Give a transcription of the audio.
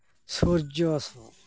ᱥᱩᱨᱡᱚᱥᱚᱨ